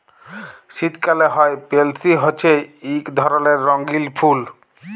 শীতকালে হ্যয় পেলসি হছে ইক ধরলের রঙ্গিল ফুল